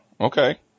okay